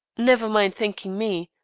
never mind thanking me.